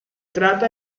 trata